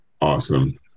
Awesome